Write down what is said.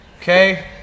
Okay